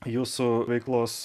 jūsų veiklos